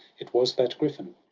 it was that griffin,